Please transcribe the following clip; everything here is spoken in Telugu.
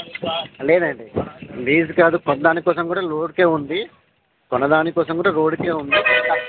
లేదండి లీజు కాదు కొనడాని కోసం కూడా రోడ్కే ఉంది కొనడాని కోసం కూడా రోడ్కే ఉంది